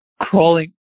crawling